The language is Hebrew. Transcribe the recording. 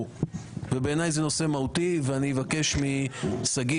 בעיניי זה נושא מהותי ואני אבקש משגית,